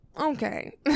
okay